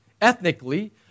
ethnically